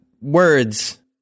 words